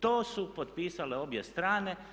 To su potpisale obje strane.